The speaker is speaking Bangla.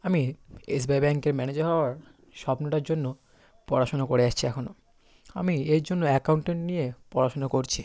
আমি এস বি আই ব্যাংকের ম্যানেজার হওয়ার স্বপ্নটার জন্য পড়াশুনো করে আসছি এখনও আমি এর জন্য অ্যাকাউনটেন্ট নিয়ে পড়াশুনো করছি